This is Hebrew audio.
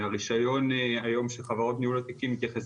הרישיון היום של חברות ניהול התיקים מתייחס